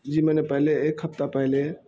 جی میں نے پہلے ایک ہفتہ پہلے